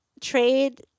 trade